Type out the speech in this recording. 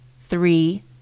three